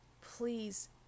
Please